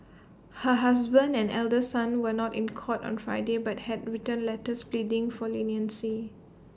her husband and elder son were not in court on Friday but had written letters pleading for leniency